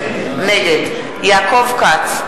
נגד יעקב כץ,